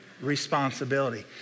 responsibility